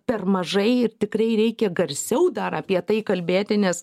per mažai ir tikrai reikia garsiau dar apie tai kalbėti nes